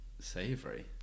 savory